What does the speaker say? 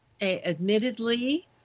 admittedly